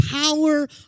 power